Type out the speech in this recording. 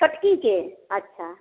छुटकी के अच्छा